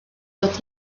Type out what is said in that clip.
dod